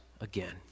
again